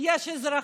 יש אזרחים,